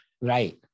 Right